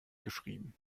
geschrieben